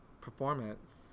performance